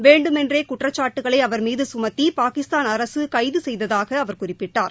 வேண்டுமென்றே குற்றச்சாட்டுக்களை அவர் மீது கமத்தி பாகிஸ்தான் அரசு கைது செய்ததாக அவர் குறிப்பிட்டார்